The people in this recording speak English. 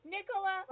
Nicola